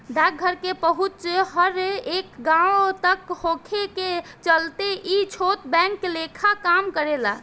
डाकघर के पहुंच हर एक गांव तक होखे के चलते ई छोट बैंक लेखा काम करेला